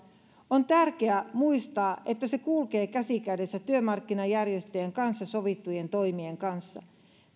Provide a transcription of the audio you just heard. on tärkeää muistaa että se kulkee käsi kädessä työmarkkinajärjestöjen kanssa sovittujen toimien kanssa